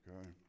okay